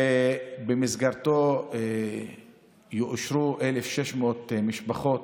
ובמסגרתו יאושרו 1,600 משפחות,